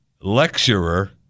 lecturer